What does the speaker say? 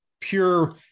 pure